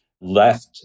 left